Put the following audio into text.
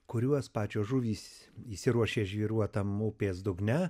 kuriuos pačios žuvys įsiruošė žvyruotam upės dugne